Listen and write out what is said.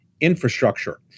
infrastructure